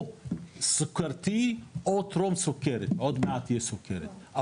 סוכרתי או טרום סוכרת שעוד מעט תהיה סוכרת,